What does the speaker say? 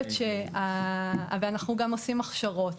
אנחנו גם עושים הכשרות.